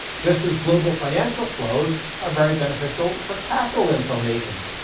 just as global financial flows are very beneficial for capital inflow nations.